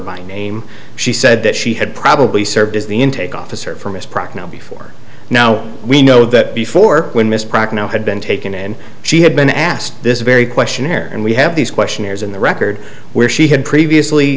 by name she said that she had probably served as the intake officer for miss procmail before now we know that before when miss procmail had been taken in she had been asked this very question here and we have these questionnaires in the record where she had previously